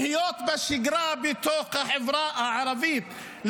להיות בתוך החברה הערבית בשגרה,